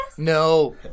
No